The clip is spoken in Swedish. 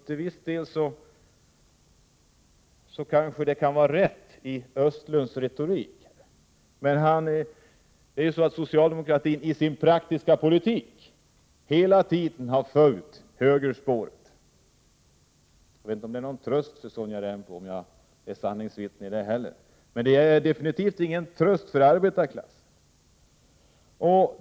Till viss del kanske det kan vara rätt i fråga om Sten Östlunds retorik, men i sin praktiska politik har socialdemokratin hela tiden följt högerspåret. Jag vet inte om det är en tröst för Sonja Rembo om jag är ett sanningsvittne i den delen, men det är absolut ingen tröst för arbetarklassen.